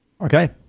Okay